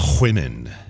Women